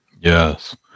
Yes